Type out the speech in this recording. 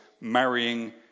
marrying